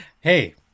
Hey